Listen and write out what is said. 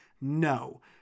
No